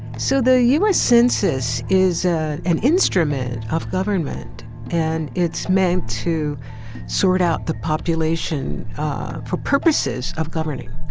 so, the u s. census is ah an instrument of government and it's meant to sort out the population for purposes of governing.